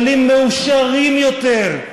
שהישראלים מאושרים יותר.